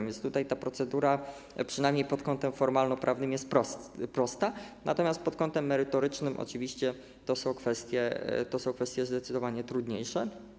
A więc tutaj ta procedura, przynajmniej pod kątem formalnoprawnym, jest prosta, natomiast pod kątem merytorycznym oczywiście to są kwestie zdecydowanie trudniejsze.